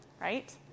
right